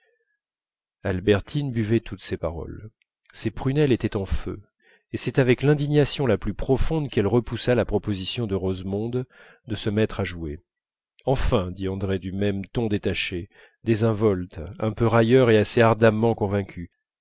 albertine buvait toutes ces paroles ses prunelles étaient en feu et c'est avec l'indignation la plus profonde qu'elle repoussa la proposition de rosemonde de se mettre à jouer enfin dit andrée du même ton détaché désinvolte un peu railleur et assez ardemment convaincu